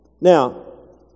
Now